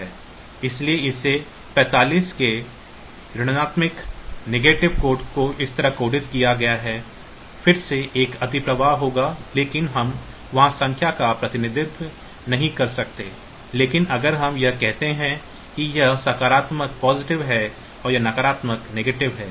इसलिए इसे 45 के इस ऋणात्मक कोड की तरह कोडित किया गया है फिर से एक अतिप्रवाह होगा क्योंकि हम वहां संख्या का प्रतिनिधित्व नहीं कर सकते हैं लेकिन अगर हम यह कहते हैं कि यह सकारात्मक है और यह नकारात्मक है